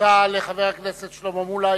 תודה לחבר הכנסת שלמה מולה.